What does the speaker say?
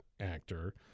actor